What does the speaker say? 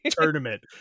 tournament